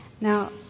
Now